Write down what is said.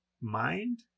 Mind